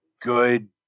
good